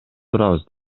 турабыз